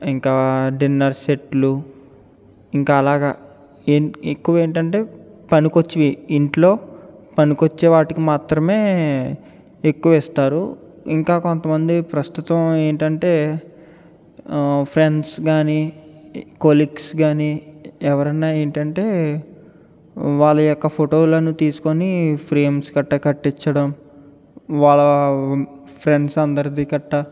ఇంకా డిన్నర్ సెట్లు ఇంకా అలాగా ఎక్కువ ఏంటంటే పనికి వచ్చేవి ఇంట్లో పనికి వచ్చే వాటికి మాత్రమే ఎక్కువ ఇస్తారు ఇంకా కొంత మంది ప్రస్తుతం ఏంటంటే ఫ్రెండ్స్ కానీ కొలీగ్స్ కానీ ఎవరైనా ఏంటంటే వాళ్ళ యొక్క ఫోటోలను తీసుకొని ఫ్రేమ్స్ కట్టా కట్టించడం వాళ్ళ ఫ్రెండ్స్ అందరిది కట్టా